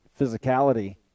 physicality